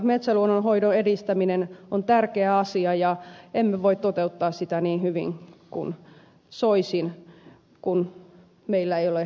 metsäluonnon hoidon edistäminen on tärkeä asia ja emme voi toteuttaa sitä niin hyvin kuin soisin kun meillä ei ole riittävästi rahaa